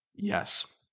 Yes